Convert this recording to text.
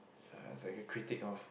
uh it's like a critique off